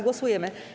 Głosujemy.